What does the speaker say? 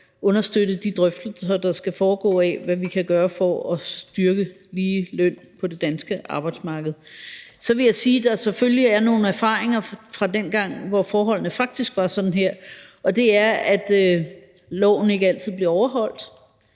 understøtte de drøftelser, der skal foregå, af, hvad vi kan gøre for at styrke ligeløn på det danske arbejdsmarked. Så vil jeg sige, at der selvfølgelig er nogle erfaringer fra dengang, hvor forholdene faktisk var sådan her, og det er, at loven ikke altid bliver overholdt,